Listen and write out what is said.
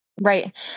Right